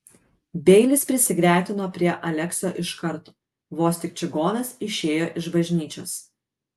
beilis prisigretino prie aleksio iš karto vos tik čigonas išėjo iš bažnyčios